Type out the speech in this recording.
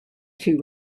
two